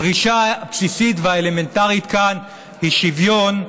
הדרישה הבסיסית והאלמנטרית כאן היא שוויון,